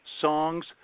songs